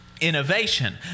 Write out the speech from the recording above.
innovation